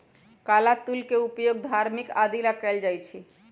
काला तिल के उपयोग धार्मिक आदि ला कइल जाहई